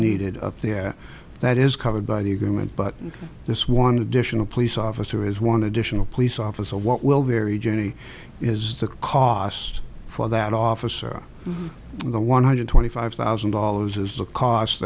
needed up there that is covered by the agreement but this one additional police officer is one additional police officer what will vary jannie is the cost for that officer the one hundred twenty five thousand dollars is the cost